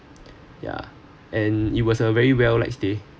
yeah and it was a very well like stay